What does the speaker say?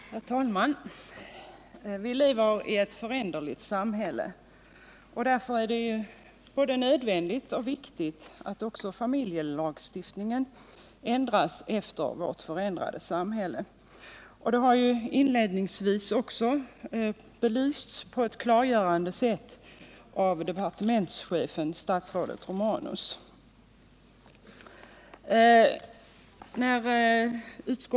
Herr talman! Vi lever i ett föränderligt samhälle. Därför är det viktigt, att också familjelagstiftningen ändras efter vårt förändrade samhälle. Det har inledningsvis också belysts på ett klargörande sätt av departementschefen statsrådet Sven Romanus.